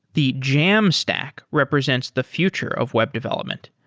the jamstack represents the future of web development.